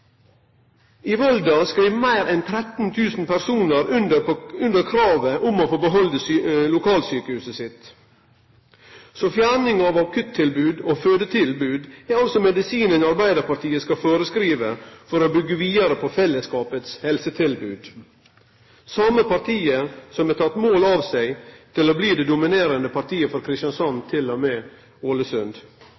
I Volda skreiv meir enn 13 000 personar under kravet om å få behalde lokalsjukehuset sitt. Fjerning av akuttilbod og fødetilbod er altså medisinen Arbeidarpartiet skal føreskrive for å byggje vidare på fellesskapets helsetilbod – det same partiet som har teke mål av seg til å bli det dominerande partiet frå Kristiansand